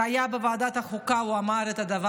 זה היה בוועדת החוקה, הוא אמר את זה,